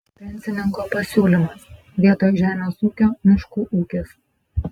pensininko pasiūlymas vietoj žemės ūkio miškų ūkis